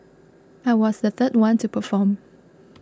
I was the third one to perform